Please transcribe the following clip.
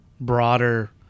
broader